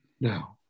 Now